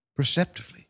perceptively